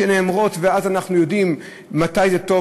ואז אנחנו יודעים מתי זה טוב,